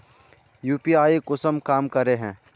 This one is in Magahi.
यु.पी.आई कुंसम काम करे है?